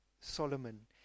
Solomon